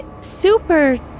super